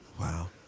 Wow